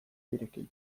birekin